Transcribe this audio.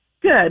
Good